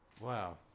Wow